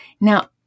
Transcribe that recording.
Now